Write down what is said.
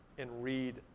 and read,